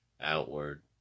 outward